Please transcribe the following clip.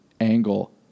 angle